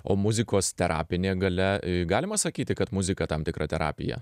o muzikos terapinė galia galima sakyti kad muzika tam tikra terapija